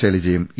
ശൈലജയും E